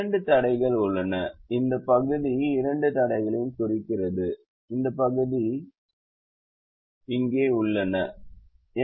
இரண்டு தடைகள் உள்ளன இந்த பகுதி இரண்டு தடைகளையும் குறிக்கிறது இந்த பகுதி இரண்டு தடைகளையும் குறிக்கிறது அவை இங்கே உள்ளன